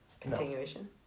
Continuation